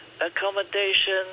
accommodation